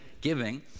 giving